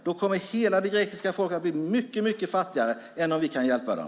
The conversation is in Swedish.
Då kommer hela det grekiska folket att bli mycket, mycket fattigare än om vi kan hjälpa dem.